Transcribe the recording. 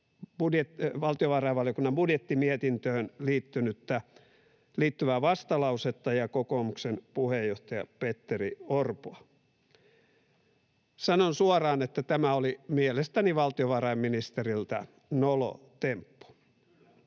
valtiovarainvaliokunnan budjettimietintöön liittyvää kokoomuksen vastalausetta ja kokoomuksen puheenjohtaja Petteri Orpoa. Sanon suoraan, että tämä oli mielestäni valtiovarainministeriltä nolo temppu.